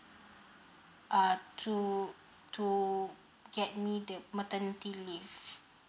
uh to to get me the maternity leave